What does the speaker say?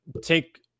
take